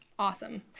Awesome